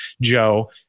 Joe